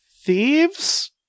thieves